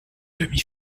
demi